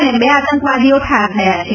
અને બે આતંકવાદીઓ ઠાર થયા છે